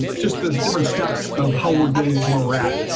just those different steps of how we're getting to a rack.